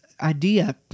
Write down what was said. idea